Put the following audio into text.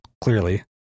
clearly